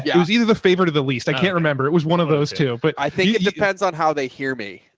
yeah it was either the favorite of the least. i can't remember. it was one of those two, but i think it depends on how they hear me.